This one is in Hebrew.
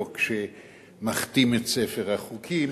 חוק שמכתים את ספר החוקים.